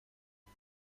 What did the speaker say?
les